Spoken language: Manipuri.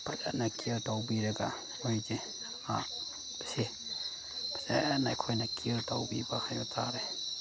ꯐꯖꯅ ꯀꯦꯌꯔ ꯇꯧꯕꯤꯔꯒ ꯃꯣꯏꯁꯦ ꯁꯦ ꯐꯖꯅ ꯑꯩꯈꯣꯏꯅ ꯀꯦꯌꯔ ꯇꯧꯕꯤꯕ ꯍꯥꯏꯕꯇꯥꯔꯦ